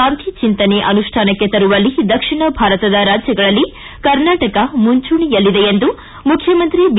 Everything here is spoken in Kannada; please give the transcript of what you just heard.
ಗಾಂಧಿ ಚಿಂತನೆ ಅನುಷ್ಠಾನಕ್ಕೆ ತರುವಲ್ಲಿ ದಕ್ಷಿಣ ಭಾರತದ ರಾಜ್ಯಗಳಲ್ಲಿ ಕರ್ನಾಟಕ ಮುಂಚೂಣಿಯಲ್ಲಿದೆ ಎಂದು ಮುಖ್ಯಮಂತ್ರಿ ಬಿ